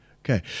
Okay